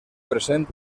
present